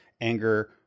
anger